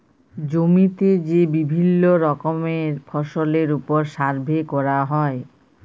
জমিতে যে বিভিল্য রকমের ফসলের ওপর সার্ভে ক্যরা হ্যয়